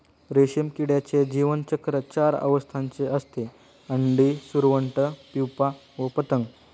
रेशीम किड्याचे जीवनचक्र चार अवस्थांचे असते, अंडी, सुरवंट, प्युपा व पतंग